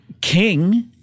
King